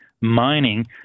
mining